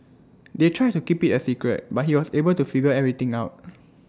they tried to keep IT A secret but he was able to figure everything out